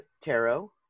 tarot